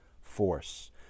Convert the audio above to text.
force